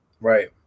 Right